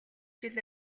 жил